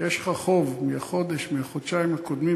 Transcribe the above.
יש לך חוב מהחודש, מהחודשיים הקודמים.